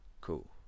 cool